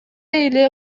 эле